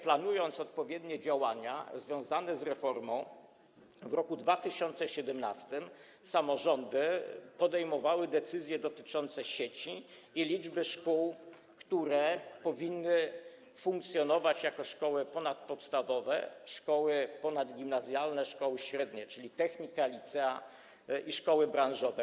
Planując odpowiednie działania związane z reformą, w roku 2017 samorządy podejmowały decyzje dotyczące sieci i liczby szkół, które powinny funkcjonować jako szkoły ponadpodstawowe, szkoły ponadgimnazjalne, szkoły średnie, czyli technika, licea i szkoły branżowe.